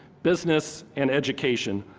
business, and education,